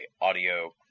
Audio